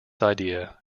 idea